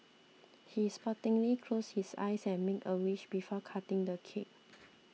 he sportingly closed his eyes and made a wish before cutting the cake